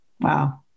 Wow